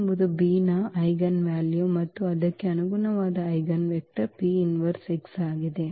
ಎಂಬುದು B ನ eigenvalue ಮತ್ತು ಅದಕ್ಕೆ ಅನುಗುಣವಾದ ಐಜೆನ್ವೆಕ್ಟರ್ ಆಗಿದೆ